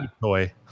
toy